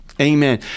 Amen